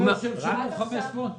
הוא אומר שהם משלמים ויש פה עוד פער.